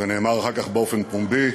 וזה נאמר אחר כך באופן פומבי: